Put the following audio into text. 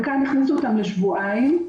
וכאן הכניסו אותם לשבועיים.